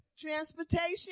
Transportation